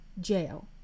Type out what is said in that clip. Jail